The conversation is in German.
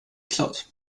cloud